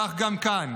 כך גם כאן.